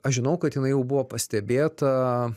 aš žinau kad jinai jau buvo pastebėta